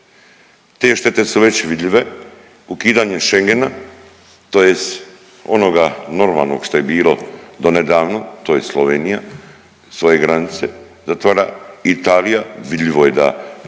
Te štete su već vidljive, ukidanje Schengena tj. onoga normalnog što je bilo do nedavno to je Slovenija svoje granice zatvara. Italija, vidljivo je da uz